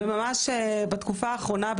בתקופה האחרונה,